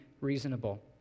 reasonable